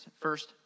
first